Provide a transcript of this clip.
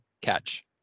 catch